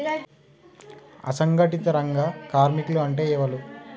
అసంఘటిత రంగ కార్మికులు అంటే ఎవలూ?